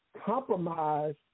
compromise